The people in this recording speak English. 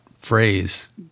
phrase